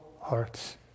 hearts